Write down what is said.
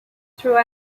through